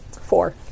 Four